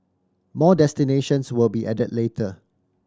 more destinations will be added later